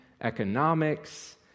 economics